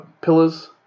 pillars